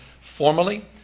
formally